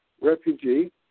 refugee